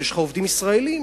יש לך עובדים ישראלים,